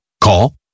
Call